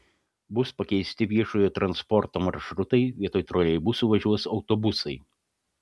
bus pakeisti viešojo transporto maršrutai vietoj troleibusų važiuos autobusai